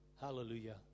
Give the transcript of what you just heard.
Hallelujah